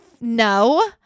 no